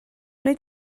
wnei